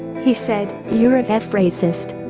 he said you're a f racist.